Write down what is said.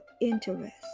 interest